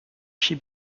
she